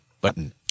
button